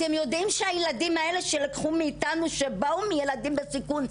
אתם יודעים שהילדים האלה שלקחו מאתנו שבאו מילדים בסיכון,